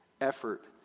effort